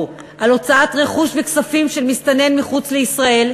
על הוצאת רכוש וכספים של מסתנן מחוץ לישראל.